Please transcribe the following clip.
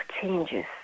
changes